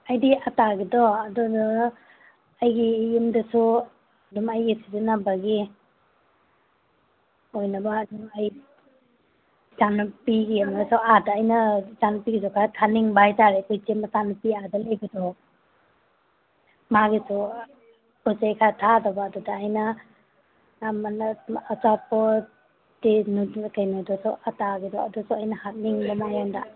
ꯑꯩꯗꯤ ꯑꯇꯥꯒꯤꯗꯣ ꯑꯗꯨꯗꯣ ꯑꯩꯒꯤ ꯌꯨꯝꯗꯁꯨ ꯑꯗꯨꯝ ꯑꯩꯒꯤ ꯁꯤꯖꯤꯟꯅꯕꯒꯤ ꯑꯣꯏꯅꯕ ꯑꯗꯨ ꯑꯩ ꯏꯆꯥꯅꯨꯄꯤꯒꯤ ꯑꯃꯁꯨ ꯑꯥꯗ ꯑꯩꯅ ꯏꯆꯥꯅꯨꯄꯤꯒꯤꯁꯨ ꯈꯔ ꯊꯥꯅꯤꯡꯕ ꯑꯩꯈꯣꯏ ꯆꯦ ꯃꯆꯥꯅꯨꯄꯤ ꯑꯥꯗ ꯂꯩꯕꯗꯣ ꯃꯥꯒꯤꯁꯨ ꯄꯣꯠ ꯆꯩ ꯈꯔ ꯊꯥꯗꯧꯕ ꯑꯗꯨꯗ ꯑꯩꯅ ꯑꯆꯥꯄꯣꯠ ꯀꯩꯅꯣꯒꯤꯗꯣ ꯑꯇꯥꯒꯤꯗꯣ ꯑꯗꯨꯁꯨ ꯑꯩꯅ ꯍꯥꯞꯅꯤꯡꯕ ꯃꯉꯣꯟꯗ